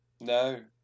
No